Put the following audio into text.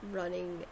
running